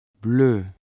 bleu